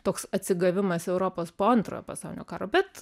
toks atsigavimas europos po antrojo pasaulinio karo bet